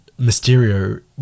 Mysterio